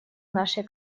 нашей